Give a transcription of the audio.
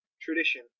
tradition